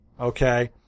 Okay